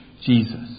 Jesus